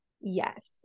Yes